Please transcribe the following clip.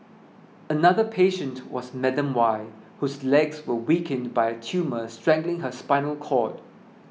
another patient was Madam Y whose legs were weakened by a tumour strangling her spinal cord